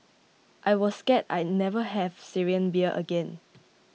I was scared I never have Syrian beer again